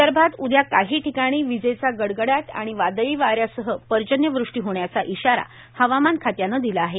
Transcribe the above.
विदर्भात उद्या काही ठिकाणी विजेचा गडगडाट आणि वादळी वाऱ्यासह पर्जन्यवृष्टी होण्याचा इशारा हवामान खात्यानं दिला आहे